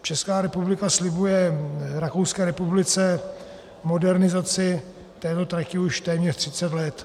Česká republika slibuje Rakouské republice modernizaci této trati už téměř 30 let.